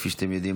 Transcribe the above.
כפי שאתם יודעים,